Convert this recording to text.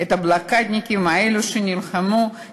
אז הנה הפתרון, בניינים של 25 קומות.